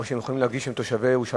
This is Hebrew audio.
או שהם יכולים להרגיש שהם תושבי ירושלים,